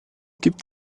gibt